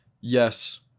Yes